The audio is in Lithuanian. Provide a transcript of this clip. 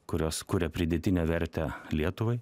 kurios kuria pridėtinę vertę lietuvai